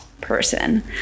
person